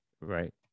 right